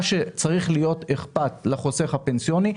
מה שצריך להיות אכפת לחוסך הפנסיוני,